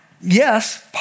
Yes